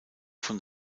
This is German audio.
von